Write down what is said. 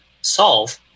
solve